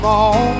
on